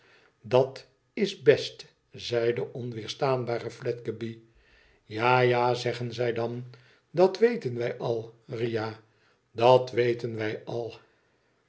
nooit idat's best zei de onweerstaanbare fledgeby f tja ja zeggen zij dan t dat weten wij al ria dat weten wij al